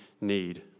need